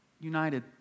united